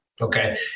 Okay